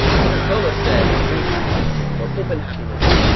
coca-cola said drink happiness or open happiness.